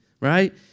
right